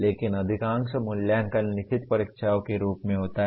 लेकिन अधिकांश मूल्यांकन लिखित परीक्षाओं के रूप में होता है